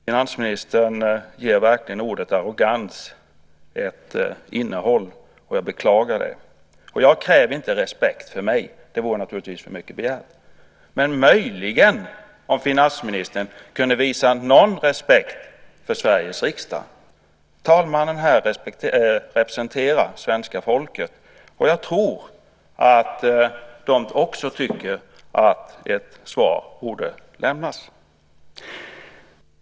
Finansministern ger verkligen ordet "arrogans" ett innehåll, och jag beklagar det. Jag kräver inte respekt för mig själv, vilket naturligtvis vore för mycket begärt. Men möjligen kunde finansministern visa någon respekt för Sveriges riksdag. Talmannen representerar svenska folket, och jag tror att de också tycker att ett svar borde lämnas.